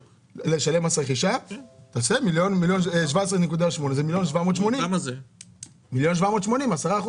1.780 מיליון, שהם 10%. זה לא מהשקל הראשון.